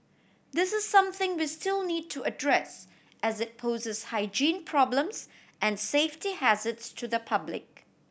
this is something we still need to address as it poses hygiene problems and safety hazards to the public